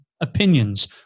opinions